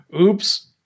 Oops